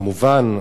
כמובן,